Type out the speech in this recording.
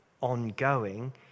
ongoing